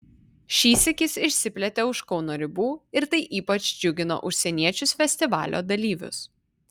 šįsyk jis išsiplėtė už kauno ribų ir tai ypač džiugino užsieniečius festivalio dalyvius